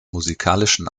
musikalischen